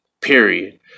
period